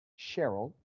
Cheryl